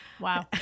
wow